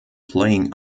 playing